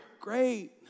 Great